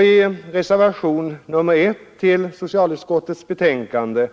I reservationen 1 vid socialutskottets betänkande